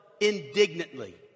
indignantly